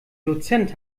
dozent